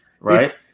right